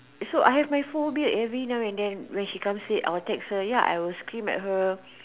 so I have my phobia every now and then when she comes late I will text her ya I will scream at her